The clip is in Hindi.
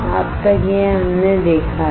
अब तक यह हमने देखा है